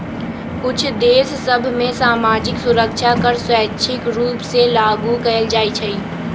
कुछ देश सभ में सामाजिक सुरक्षा कर स्वैच्छिक रूप से लागू कएल जाइ छइ